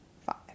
five